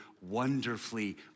wonderfully